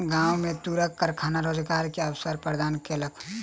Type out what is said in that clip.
गाम में तूरक कारखाना रोजगार के अवसर प्रदान केलक